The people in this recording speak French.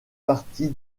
partie